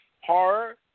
horror